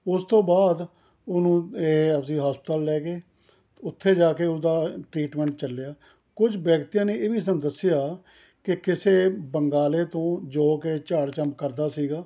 ਉਸ ਤੋਂ ਬਾਅਦ ਉਹਨੂੰ ਇਹ ਅਸੀਂ ਹਸਪਤਾਲ ਲੈ ਗਏ ਉੱਥੇ ਜਾ ਕੇ ਉਸਦਾ ਟਰੀਟਮੈਂਟ ਚੱਲਿਆ ਕੁਝ ਵਿਅਕਤੀਆਂ ਨੇ ਇਹ ਵੀ ਸਾਨੂੰ ਦੱਸਿਆ ਕਿ ਕਿਸੇ ਬੰਗਾਲੇ ਤੋਂ ਜੋ ਕਿ ਝਾੜ ਝੰਮ ਕਰਦਾ ਸੀਗਾ